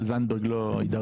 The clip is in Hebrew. אני אומר